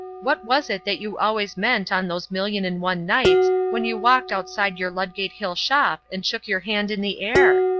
what was it that you always meant on those million and one nights when you walked outside your ludgate hill shop and shook your hand in the air?